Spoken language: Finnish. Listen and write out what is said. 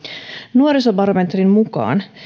nuorisobarometrin mukaan